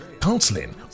counseling